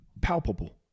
palpable